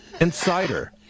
Insider